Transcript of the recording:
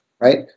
right